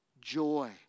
joy